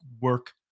work